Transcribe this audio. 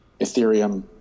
Ethereum